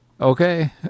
okay